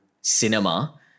cinema